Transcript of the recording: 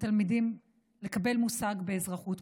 לתלמידים לקבל מושג באזרחות,